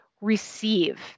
receive